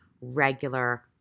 regular